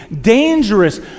dangerous